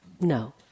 no